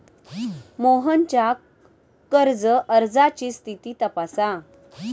मोहनच्या कर्ज अर्जाची स्थिती तपासा